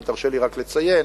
אם תרשה לי רק לציין